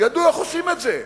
ידעו איך עושים את זה: